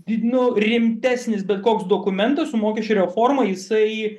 didino rimtesnis bet koks dokumentas su mokesčių reforma jisai